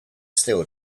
still